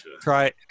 try